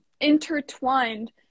intertwined